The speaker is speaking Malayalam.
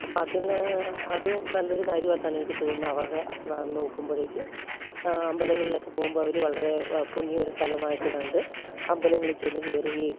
അപ്പോൾ അതിൽ അതും നല്ലൊരു കാര്യമായിട്ടാണ് എനിക്ക് തോന്നുന്നത് അവരുടെ ആ വന്ന് നോക്കുമ്പോഴേക്കും അമ്പലങ്ങലിലൊക്കെ പോകുമ്പോൾ അവർ വളരെ പുണ്യ ഒരു സ്ഥലമായിട്ട് കണ്ട് അമ്പലങ്ങളിൽ ചെന്നു കയറുകയും